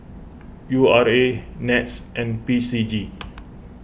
U R A NETS and P C G